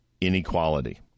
inequality